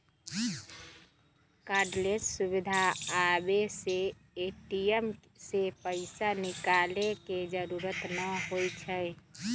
cardless सुविधा आबे से ए.टी.एम से पैसा निकाले के जरूरत न होई छई